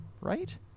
right